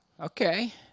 Okay